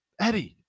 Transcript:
Eddie